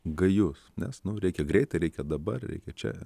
gajus nes nu reikia greitai reikia dabar reikia čia